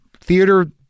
theater